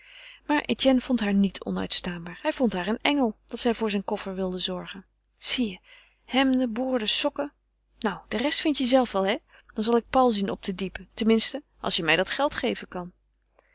maar etienne vond haar niet onuitstaanbaar hij vond haar een engel dat zij voor zijn koffer wilde zorgen zie je hemden boorden sokken nou de rest vind je zelf wel hé dan zal ik paul zien op te diepen ten minste als je mij dat geld geven kan